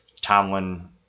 Tomlin